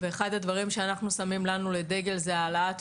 ואחד הדברים שאנחנו שמים לנו לדגל זה העלאת פריון.